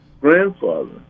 grandfather